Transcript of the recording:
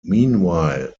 meanwhile